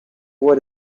what